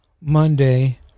Monday